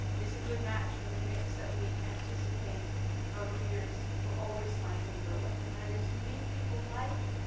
is a good match for the mix that we anticipate our readers will always find in lilith, and that is, you meet people like,